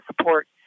support